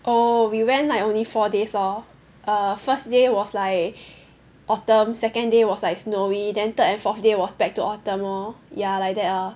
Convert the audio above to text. oh we went like only four days lor err first day was like autumn second day was like snowy then third and fourth day was back to autumn lor ya like that ah